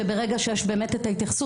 שברגע שיש התייחסות,